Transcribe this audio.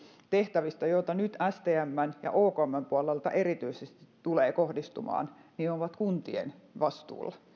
tehtävistä joihin tämä nyt stmn ja okmn puolelta erityisesti tulee kohdistumaan on kuntien vastuulla